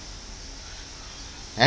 and